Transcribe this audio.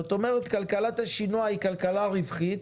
זאת אומרת, כלכלת השינוע היא כלכלה רווחית,